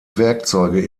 werkzeuge